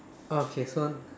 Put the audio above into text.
oh okay so